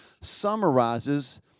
summarizes